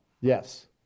yes